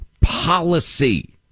Policy